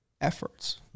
efforts